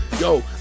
Yo